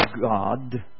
God